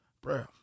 Bro